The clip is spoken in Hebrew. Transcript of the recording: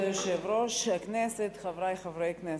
כבוד יושב-ראש הכנסת, חברי חברי הכנסת,